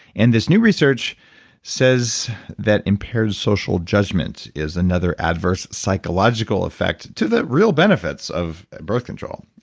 and this new research says that impaired social judgment is another adverse psychological effect to the real benefits of birth control.